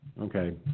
okay